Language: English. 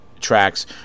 tracks